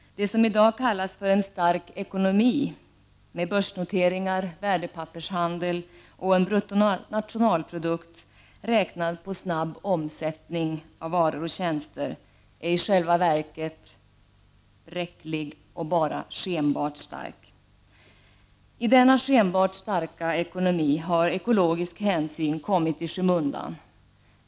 Det som i dag kallas för en stark ekonomi med börsnoteringar, värdepappershandel och en bruttonationalprodukt räknad på snabb omsättning av varor och tjänster, är i själva verket bräckligt och bara skenbart starkt. I denna skenbart starka ekonomi har ekologisk hänsyn kommit i skymundan.